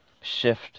shift